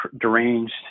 deranged